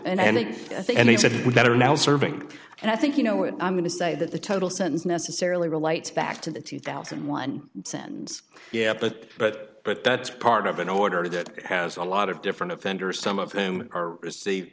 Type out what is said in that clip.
serving and i think you know what i'm going to say that the total sentence necessarily relates back to the two thousand and one sentence yeah but but but that's part of an order that has a lot of different offenders some of whom are received